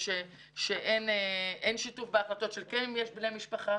הן שאין שיתוף בהחלטות אם יש בני משפחה,